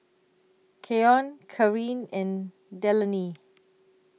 Keyon Carin and Delaney